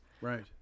Right